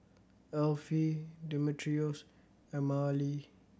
Elfie Demetrios and Mahalie